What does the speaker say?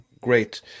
great